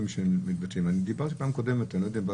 אני דיברתי בפעם הקודמת ואני לא יודע אם זה בא